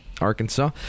Arkansas